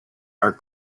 are